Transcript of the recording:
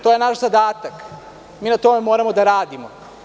To je naš zadatak, mi na tome moramo da radimo.